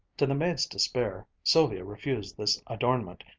to the maid's despair sylvia refused this adornment,